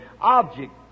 object